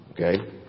okay